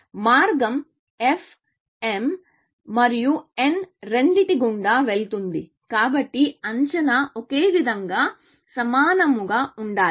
మార్గం f m మరియు n రెండింటి గుండా వెళుతుంది కాబట్టి అంచనా ఒకే విధంగా సమానముగా ఉండాలి